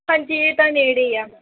ਹਾਂਜੀ ਇਹ ਤਾਂ ਨੇੜੇ ਆ